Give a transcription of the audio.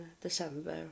December